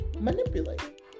manipulate